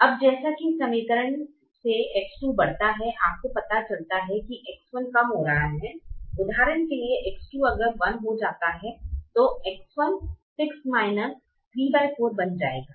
अब जैसा कि इस समीकरण से X2 बढ़ता है आपको पता चलता है X1 कम हो रहा है उदाहरण के लिए X2 अगर 1 हो जाता है तो X1 6 34 बन जाएगा